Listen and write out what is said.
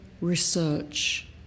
research